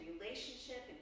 relationship